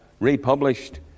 republished